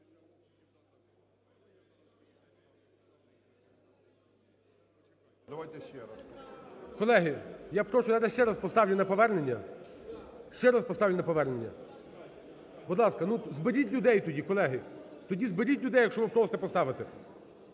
Колеги, я прошу, я зараз ще раз поставлю на повернення, ще раз поставлю на повернення. Будь ласка, ну зберіть людей тоді, колеги. тоді зберіть людей, якщо ви просто поставите.